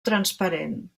transparent